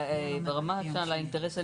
ברמת האינטרס הלאומי,